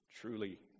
truly